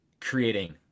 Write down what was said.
creating